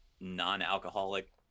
non-alcoholic